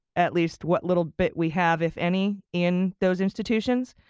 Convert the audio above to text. at least what little bit we have if any in those institutions.